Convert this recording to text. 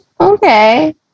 okay